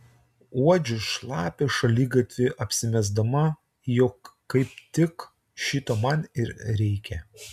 uodžiu šlapią šaligatvį apsimesdama jog kaip tik šito man ir reikia